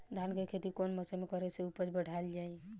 धान के खेती कौन मौसम में करे से उपज बढ़ाईल जाई?